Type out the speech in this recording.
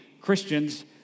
Christians